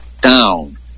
down